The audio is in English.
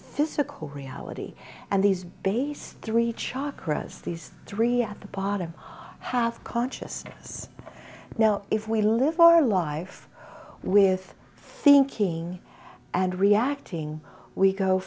physical reality and these base three chalk rows these three at the bottom have consciousness now if we live our life with thinking and reacting we go